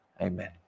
amen